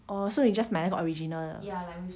oh so 你 just 买那个 original 的